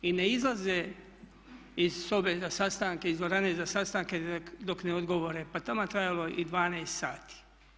I ne izlaze iz sobe za sastanke, iz dvorane za sastanke dok ne odgovore pa taman trajalo i 12 sati.